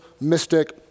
mystic